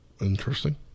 Interesting